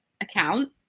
account